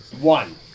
One